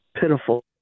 pitiful